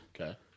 Okay